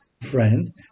friend